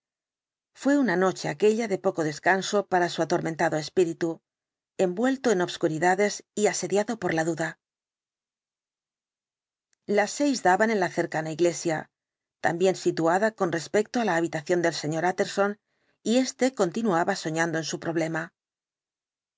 fué una noche aquella de poco descanso para su atormentado espíritu envuelto en obscuridades y asediado por la duda las seis daban en la cercana iglesia tan bien situada con respecto á la habitación del sr utterson y éste continuaba soñando en su problema